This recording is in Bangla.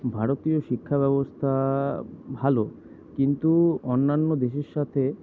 ভারতীয় শিক্ষাব্যবস্থা ভালো কিন্তু অন্যান্য দেশের সাথে